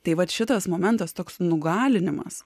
tai vat šitas momentas toks nugalinimas